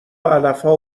علفها